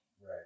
Right